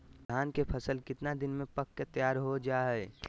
धान के फसल कितना दिन में पक के तैयार हो जा हाय?